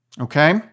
okay